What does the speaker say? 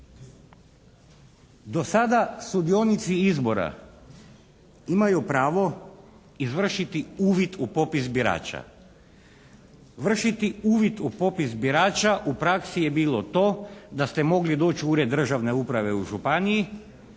Do sada sudionici izbora imaju pravo izvršiti uvid u popis birača. Vršiti uvid u popis birača u praksi je bilo to da ste mogli doći u ured državne uprave u županiji,